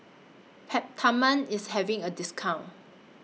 Peptamen IS having A discount